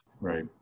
right